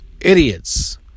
Idiots